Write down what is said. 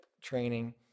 training